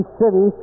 city